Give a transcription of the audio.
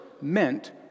meant